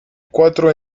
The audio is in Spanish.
cuatro